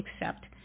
accept